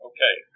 Okay